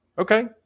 Okay